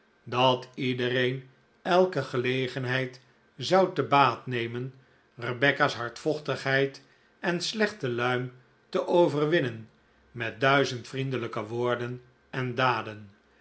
dat iedereen elke gelegenheid zou te baat nemen rebecca's hardvochtigheid en slechte luim te overwinnen en met duizend vriendelijke woorden en daden